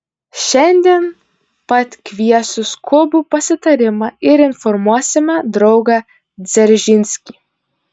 šiandien pat kviesiu skubų pasitarimą ir informuosime draugą dzeržinskį